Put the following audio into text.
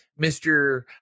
Mr